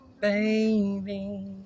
baby